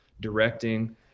directing